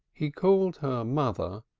he called her mother,